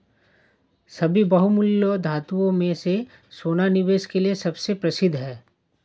सभी बहुमूल्य धातुओं में से सोना निवेश के लिए सबसे प्रसिद्ध है